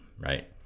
right